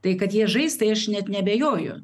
tai kad jie žais tai aš net neabejoju